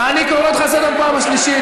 אני קורא אותך לסדר פעם שלישית.